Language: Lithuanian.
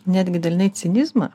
netgi dalinai cinizmą